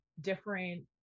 different